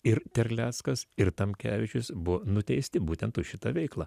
ir terleckas ir tamkevičius buvo nuteisti būtent už šitą veiklą